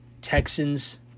Texans